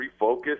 refocus